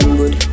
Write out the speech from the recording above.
good